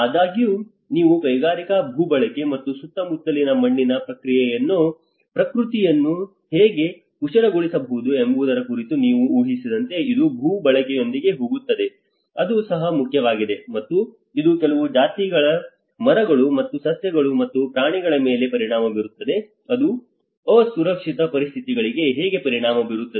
ಆದಾಗ್ಯೂ ನೀವು ಕೈಗಾರಿಕಾ ಭೂ ಬಳಕೆ ಮತ್ತು ಸುತ್ತಮುತ್ತಲಿನ ಮಣ್ಣಿನ ಪ್ರಕೃತಿಯನ್ನು ಹೇಗೆ ಕಲುಷಿತಗೊಳಿಸಬಹುದು ಎಂಬುದರ ಕುರಿತು ನೀವು ಊಹಿಸಿದಂತೆ ಇದು ಭೂ ಬಳಕೆಯೊಂದಿಗೆ ಹೋಗುತ್ತದೆ ಅದು ಸಹ ಮುಖ್ಯವಾಗಿದೆ ಮತ್ತು ಇದು ಕೆಲವು ಜಾತಿಯ ಮರಗಳು ಮತ್ತು ಸಸ್ಯಗಳ ಮತ್ತು ಪ್ರಾಣಿಗಳ ಮೇಲೆ ಪರಿಣಾಮ ಬೀರುತ್ತದೆ ಇದು ಅಸುರಕ್ಷಿತ ಪರಿಸ್ಥಿತಿಗಳಿಗೆ ಹೇಗೆ ಪರಿಣಾಮ ಬೀರುತ್ತದೆ